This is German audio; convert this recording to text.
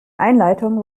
einleitung